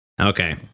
Okay